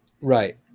Right